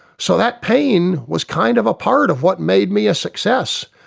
so that pain was kind of a part of what made me a success.